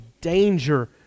danger